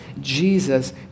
Jesus